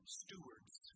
stewards